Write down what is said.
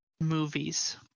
movies